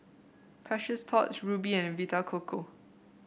Precious Thots Rubi and Vita Coco